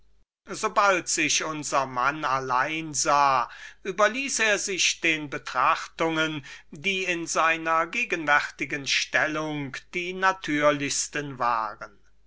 sobald sich unser mann allein sah überließ er sich den betrachtungen die in seiner gegenwärtigen stellung die natürlichsten waren